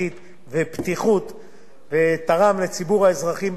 ותרם לציבור האזרחים במדינת ישראל איפה שהיה צריך,